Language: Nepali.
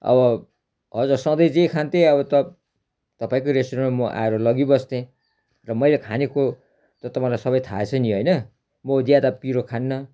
अब हजुर सधैँ जे खान्थेँ अब त तपाईँको रेस्टुरेन्टमा म आएर लगिबस्थेँ र मैले खानेको त तपाईँलाई सबै थाह छ नि होइन म ज्यादा पिरो खान्नँ